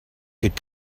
could